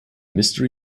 mystery